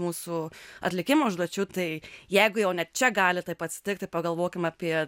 mūsų atlikimą užduočių tai jeigu jau net čia gali taip atsitikti pagalvokim apie